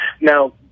Now